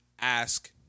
ask